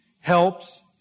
helps